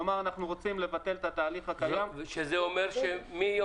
כלומר אנחנו רוצים לבטל את התהליך הקיים -- זה אומר שמיום